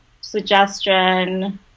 suggestion